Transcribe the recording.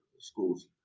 schools